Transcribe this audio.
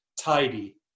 tidy